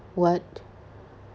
what